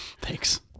thanks